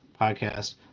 podcast